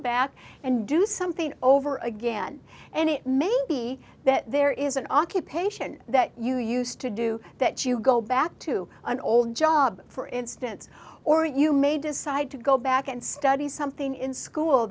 back and do something over again and it may be that there is an occupation that you used to do that you go back to an old job for instance or you may decide to go back and study something in school